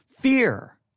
fear